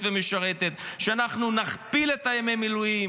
ומשרתת שאנחנו נכפיל את ימי המילואים,